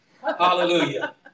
Hallelujah